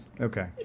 Okay